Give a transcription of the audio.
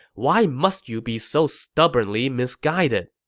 why must you be so stubbornly misguided?